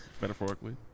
Metaphorically